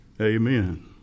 Amen